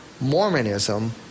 Mormonism